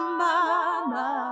mama